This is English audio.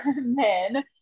men